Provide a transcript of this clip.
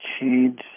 change